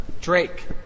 drake